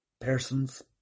person's